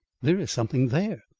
there is something there.